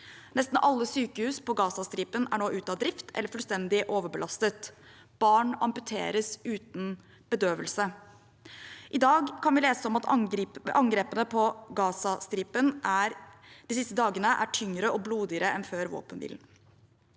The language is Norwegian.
Nesten alle sykehus på Gazastripen er nå ute av drift eller fullstendig overbelastet. Barn amputeres uten bedøvelse. I dag kan vi lese om at angrepene på Gazastripen de seneste dagene er tyngre og blodigere enn før våpenhvilen.